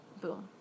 boom